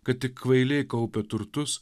kad tik kvailiai kaupia turtus